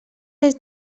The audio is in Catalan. des